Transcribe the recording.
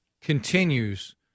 continues